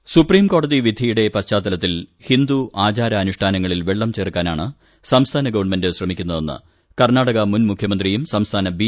A സുപ്രീംകോടതി വിധിയുടെ പശ്ചാത്തലത്തിൽ ഹിന്ദു ആചാര അനിഷ്ടാനങ്ങളിൽ വെള്ളം ചേർക്കാനാണ് സംസ്ഥാന ഗവൺമെന്റ് ശ്രമിക്കുന്നതെന്ന് കർണ്ണാടക മുൻ മുഖ്യമന്ത്രിയും സംസ്ഥാന ബി